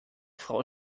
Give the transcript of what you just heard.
frau